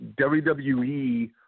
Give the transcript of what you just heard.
WWE